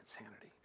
insanity